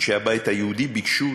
אנשי הבית היהודי ביקשו,